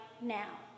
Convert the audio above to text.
now